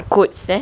quotes eh